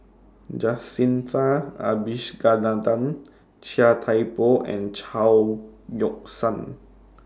Jacintha Abisheganaden Chia Thye Poh and Chao Yoke San